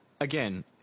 again